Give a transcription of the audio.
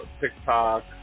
TikTok